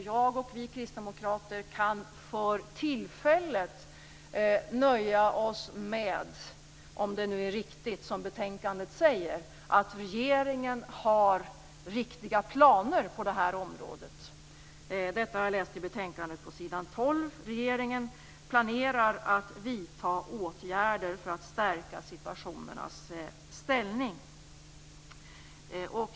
Jag och vi kristdemokrater kan för tillfället nöja oss med - om det som står i betänkandet är riktigt - att regeringen har planer på det här området. På s. 12 i betänkandet står det: Regeringen planerar att vidta åtgärder för att stärka studenternas ställning.